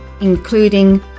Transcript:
including